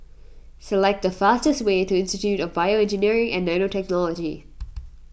select the fastest way to Institute of BioEngineering and Nanotechnology